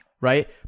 right